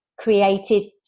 created